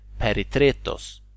peritretos